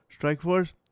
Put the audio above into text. Strikeforce